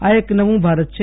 આ એક નવું ભારત છે